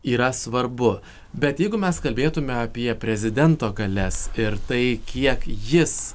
yra svarbu bet jeigu mes kalbėtume apie prezidento galias ir tai kiek jis